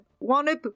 wanted